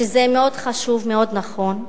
וזה מאוד חשוב ומאוד נכון.